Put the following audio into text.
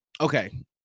Okay